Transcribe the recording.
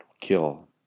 Kill